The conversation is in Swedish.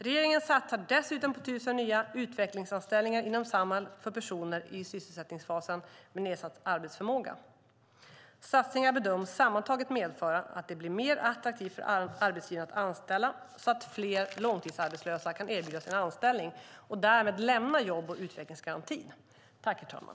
Regeringen satsar dessutom på 1 000 nya utvecklingsanställningar inom Samhall för personer i sysselsättningsfasen med nedsatt arbetsförmåga. Satsningarna bedöms sammantaget medföra att det blir mer attraktivt för arbetsgivarna att anställa så att fler långtidsarbetslösa kan erbjudas en anställning och därmed lämna jobb och utvecklingsgarantin.